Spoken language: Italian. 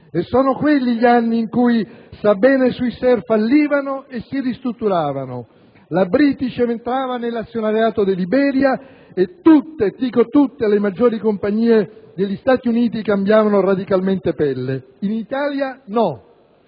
Sono quelli gli anni in cui Sabena e Swissair fallivano e si ristrutturavano, British entrava nell'azionariato di Iberia e tutte - dico tutte - le maggiori compagnie degli Stati Uniti cambiavano radicalmente pelle. In Italia no: